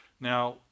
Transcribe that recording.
Now